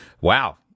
Wow